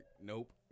Nope